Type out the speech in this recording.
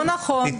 לא נכון.